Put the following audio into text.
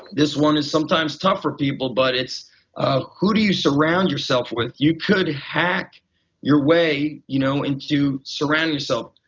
is one is sometimes tough for people but it's who do you surround yourself with. you could hack your way you know into surrounding yourself,